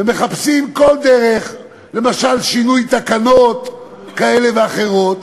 ומחפשים כל דרך, למשל שינוי תקנות כאלה ואחרות,